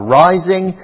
rising